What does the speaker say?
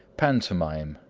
pantomime,